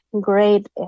great